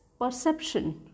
Perception